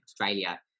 Australia